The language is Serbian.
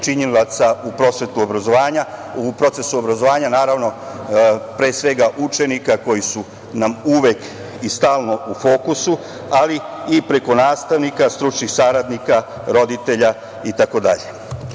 činilaca u procesu obrazovanja, naravno, pre svega učenika koji su nam uvek i stalno u fokusu, ali i preko nastavnika, stručnih saradnika, roditelja itd.U